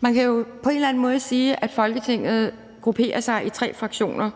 Man kan jo på en eller anden måde sige, at Folketinget grupperer sig i tre fraktioner: